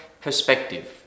perspective